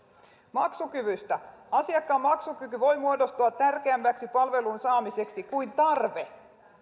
maksukyvystä asiakkaan maksukyky voi muodostua palvelun saamisessa tärkeämmäksi kuin tarve